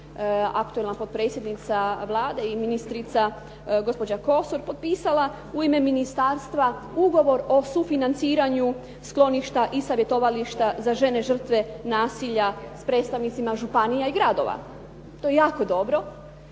aktualna potpredsjednica Vlade i ministrica gospođa Kosor potpisala u ime ministarstva ugovor o sufinanciranju skloništa i savjetovališta za žene žrtve nasilja s predstavnicima županija i gradova. To je jako dobro.